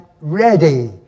ready